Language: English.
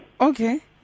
Okay